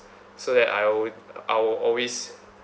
so that I'll I'll always